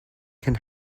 can